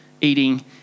eating